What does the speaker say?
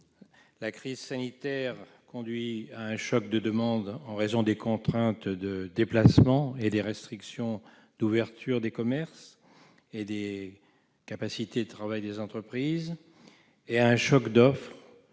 La crise sanitaire conduit à un choc de demande, en raison des contraintes de déplacement, des restrictions d'ouverture des commerces et des capacités de travail des entreprises et à un choc d'offre